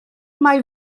mai